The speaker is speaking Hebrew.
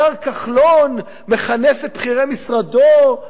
השר כחלון מכנס את בכירי משרדו,